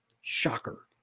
Shocker